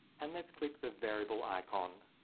and let's click the variable icon.